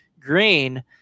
Green